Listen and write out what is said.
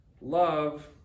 love